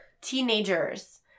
teenagers